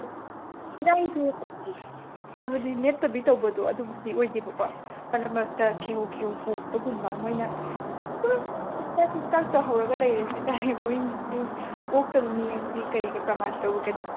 ꯏꯔꯥꯡꯁꯦ ꯑꯗꯨꯝ ꯍꯥꯏꯕꯗꯤ ꯂꯦꯞꯇꯕꯤ ꯇꯧꯕꯗꯣ ꯑꯗꯨꯕꯨꯗꯤ ꯑꯣꯏꯗꯦꯕꯀꯣ ꯃꯔꯛ ꯃꯔꯛꯇ ꯈꯦꯍꯧ ꯈꯦꯍꯧ ꯍꯧꯔꯛꯄꯒꯨꯝꯕ ꯃꯣꯏꯅ ꯁꯨꯝ ꯀꯨꯛꯇꯥꯛ ꯀꯨꯛꯇꯥꯛ ꯇꯧꯍꯧꯔꯒ ꯂꯩꯔꯦ ꯍꯥꯏꯇꯔꯦ ꯃꯣꯏꯒꯤ ꯑꯣꯛꯇꯕ ꯃꯤ ꯍꯥꯏꯁꯤꯗꯤ ꯀꯔꯤꯒ ꯄ꯭ꯔꯥꯃꯥꯟ ꯇꯧꯔꯨꯒꯅꯤ